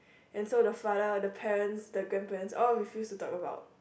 and so the father the parents the grandparents all refuse to talk about